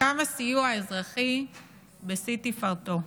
קו הסיוע האזרחי בשיא תפארתו.